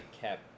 kept